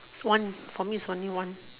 one for me is only one